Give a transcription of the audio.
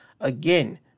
Again